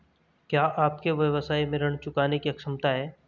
क्या आपके व्यवसाय में ऋण चुकाने की क्षमता है?